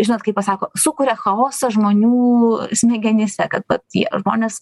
žinot kai pasako sukuria chaosą žmonių smegenyse kad tie žmonės